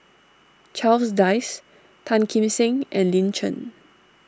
Charles Dyce Tan Kim Seng and Lin Chen